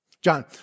John